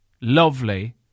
lovely